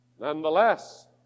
Nonetheless